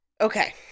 Okay